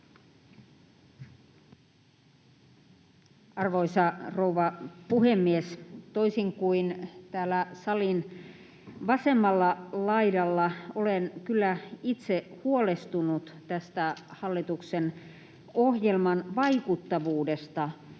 Arvoisa rouva puhemies! Toisin kuin täällä salin vasemmalla laidalla, olen kyllä itse huolestunut tästä hallituksen ohjelman vaikuttavuudesta